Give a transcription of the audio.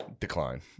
Decline